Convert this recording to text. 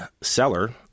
seller